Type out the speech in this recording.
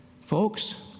Folks